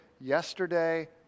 yesterday